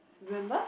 remember